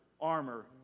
armor